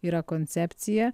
yra koncepcija